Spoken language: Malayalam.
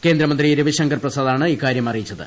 കേന്ദ്രമന്ത്രി രവിശങ്കർ പ്രസാദാണ് ഇക്കാരൃം അറിയിച്ചത്